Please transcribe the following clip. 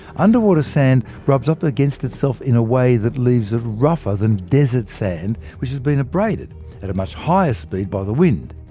underwater sand rubs up against itself in a way that leaves it rougher than desert sand, which has been abraded at a much higher speed by the wind.